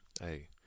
hey